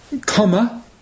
comma